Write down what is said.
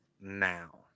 now